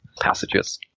passages